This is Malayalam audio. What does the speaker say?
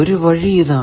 ഒരു വഴി ഇതാണ്